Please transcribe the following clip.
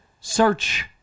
Search